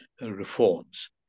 reforms